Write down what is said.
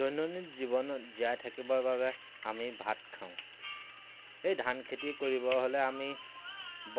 দৈনন্দিন জীৱনত জীয়াই থাকিবৰ বাবে আমি ভাত খাওঁ সেই ধান খেতি কৰিব হ'লে আমি